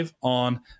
on